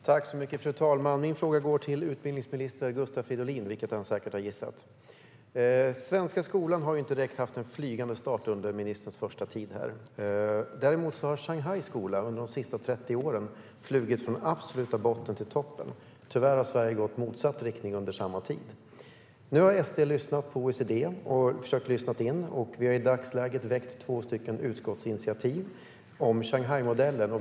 Fru talman! Min fråga går till utbildningsminister Gustav Fridolin, vilket han säkert har gissat. Den svenska skolan har inte direkt fått en flygande start under ministerns första tid. Däremot har Shanghais skolor under de senaste 30 åren flugit från absoluta botten till toppen. Tyvärr har Sverige gått i motsatt riktning under samma tid. Nu har Sverigedemokraterna lyssnat på OECD och försökt lyssna in. Vi har i dag lämnat in två utskottsinitiativ om Shanghaimodellen.